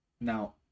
Now